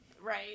Right